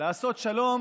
לעשות שלום